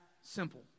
simple